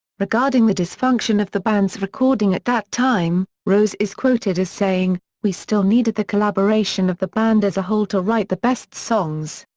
regarding the dysfunction of the band's recording at that time, rose is quoted as saying, we still needed the collaboration of the band as a whole to write the best songs.